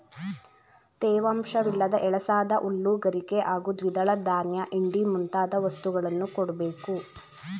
ತೇವಾಂಶವಿಲ್ಲದ ಎಳಸಾದ ಹುಲ್ಲು ಗರಿಕೆ ಹಾಗೂ ದ್ವಿದಳ ಧಾನ್ಯ ಹಿಂಡಿ ಮುಂತಾದ ವಸ್ತುಗಳನ್ನು ಕೊಡ್ಬೇಕು